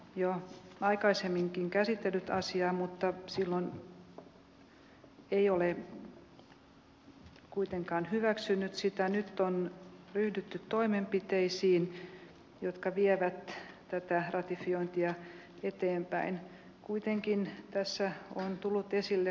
i propositionen sägs att utövandet av de samiska traditionella näringarna inte är förknippade med lika stora könsskillnader i samekulturen som i majoritetsbefolkningens kultur